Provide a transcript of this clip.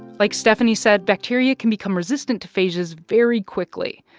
like steffanie said, bacteria can become resistant to phages very quickly.